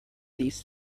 these